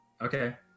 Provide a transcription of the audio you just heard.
Okay